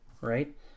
right